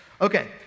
Okay